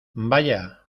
vaya